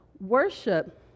worship